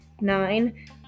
nine